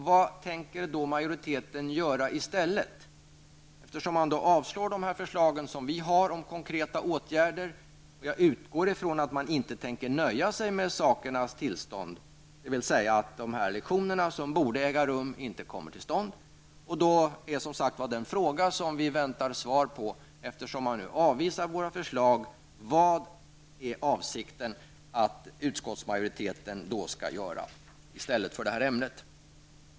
Utskottsmajoriteten avstyrker de förslag om konkreta åtgärder som vi framfört. Jag utgår ifrån att man inte tänker nöja sig med sakernas tillstånd, dvs. att dessa lektioner som borde äga rum inte kommer till stånd. Den fråga vi väntar svar på eftersom man avvisar våra förslag, är:. Vad avser utskottsmajoriteten i stället göra för detta ämne?